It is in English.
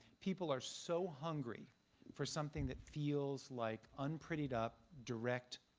people are so hungry for something that feels like unprettied up, direct,